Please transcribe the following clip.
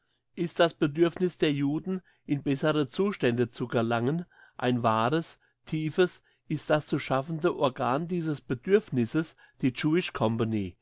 ist das bedürfniss der juden in bessere zustände zu gelangen ein wahres tiefes ist das zu schaffende organ dieses bedürfnisses die